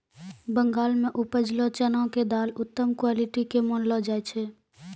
बंगाल मॅ उपजलो चना के दाल उत्तम क्वालिटी के मानलो जाय छै